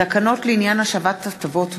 תקנות לעניין השבת הטבות מס),